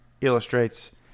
illustrates